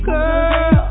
Girl